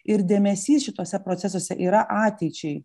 ir dėmesys šituose procesuose yra ateičiai